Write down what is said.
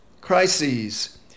crises